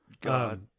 god